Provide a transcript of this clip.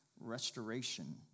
restoration